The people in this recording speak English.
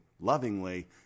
lovingly